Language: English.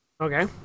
Okay